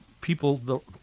people